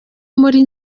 muri